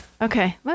Okay